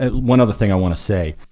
ah one other thing i want to say.